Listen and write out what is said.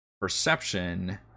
perception